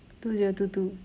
two zero two two